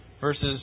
verses